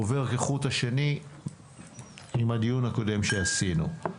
עובר כחוט השני עם הדיון הקודם שעשינו.